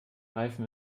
reifen